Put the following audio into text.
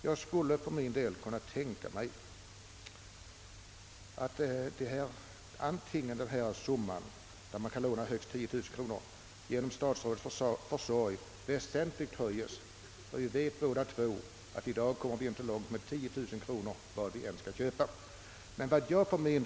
Jag kan tänka mig att lånesumman 10 000 kronor genom statsrådets försorg höjdes väsentligt — eftersom vi ju båda vet att man i dag inte kommer långt med 10 000 kronor, när man skall köpa sådana redskap som det här är fråga om.